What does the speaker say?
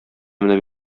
менеп